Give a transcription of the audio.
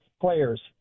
players